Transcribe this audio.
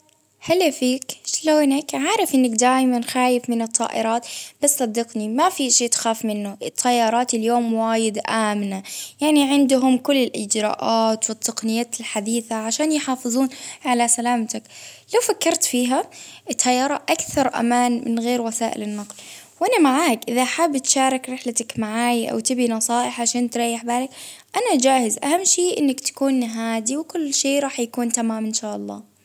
هلا فيك شلونك، عارف إنك دايما خايف من الطائرات، بس صدقني ما في إشي تخاف منه ،خيارات اليوم وايض آمنة، يعني عندهم كل الإجراءات والتقنيات الحديثة عشان يحافظون على سلامتك، لو فكرت فيها الطيارة أكثر أمان من غير وسائل النقل، وأنا إذا حاب تشارك رحلتك معاي، أو تبي نصائح عشان تريح بالك؟ أنا جاهز، أهم شي إنك تكون هادي، وكل شي راح يكون تمام إن شاء الله.